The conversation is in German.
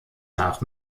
nach